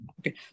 Okay